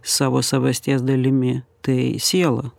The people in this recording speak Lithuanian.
savo savasties dalimi tai siela